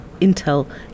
Intel